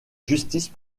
justice